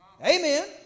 Amen